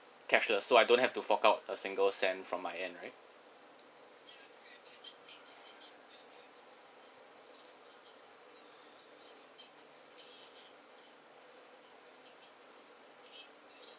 cashless so I don't have to fork out a single cent from my end right